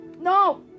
No